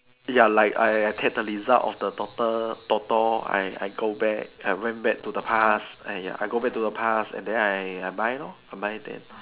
ya like I I take the result of the toto toto I I go back I went back to the past eh I go back to the past and then I I buy lor I buy then